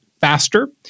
faster